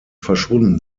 verschwunden